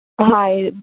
Hi